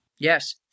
Yes